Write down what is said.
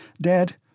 Dad